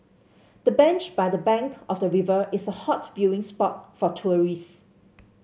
the bench by the bank of the river is a hot viewing spot for tourists